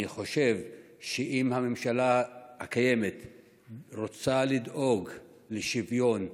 אני חושב שאם הממשלה הקיימת רוצה לדאוג לשוויון,